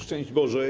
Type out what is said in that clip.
Szczęść Boże!